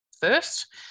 first